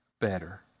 better